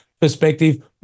perspective